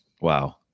Wow